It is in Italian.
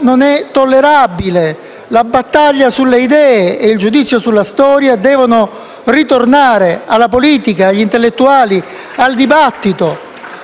non è tollerabile: la battaglia sulle idee e il giudizio sulla storia devono ritornare alla politica, agli intellettuali, al dibattito.